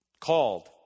Called